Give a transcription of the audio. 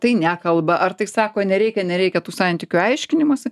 tai nekalba ar tai sako nereikia nereikia tų santykių aiškinimosi